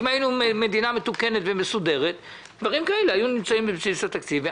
אם היינו מדינה מתוקנת ומסודרת דברים כאלה היו נמצאים בבסיס התקציב.